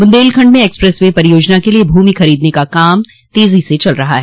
बुन्देलखंड में expressway परियोजना के लिये भूमि खरीदने का काम तेजी से चल रहा है